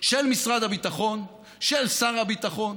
של משרד הביטחון, של שר הביטחון,